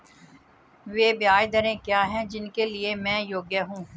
वे ब्याज दरें क्या हैं जिनके लिए मैं योग्य हूँ?